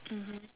mmhmm